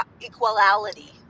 equality